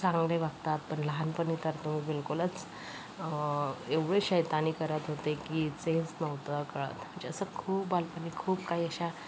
चांगले वागतात पण लहानपणी तर तुम्ही बिलकूलच एवढे शैतानी करत होते की तेच नव्हतं कळत म्हणजे असं खूप बालपणी खूप काही अशा